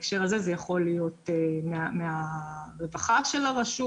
בהקשר הזה זה יכול להיות מהרווחה של הרשות,